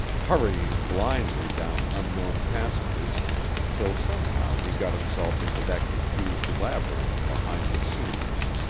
hurrying blindly down unknown passages till somehow he got himself into that confused labyrinth behind the scenes.